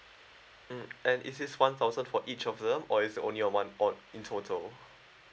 mm and is this one thousand for each of them or is it only a one uh in total